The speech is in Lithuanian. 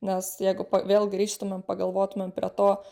nes jeigu pa vėl grįžtumėm pagalvotumėm prie to